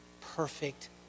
perfect